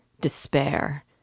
despair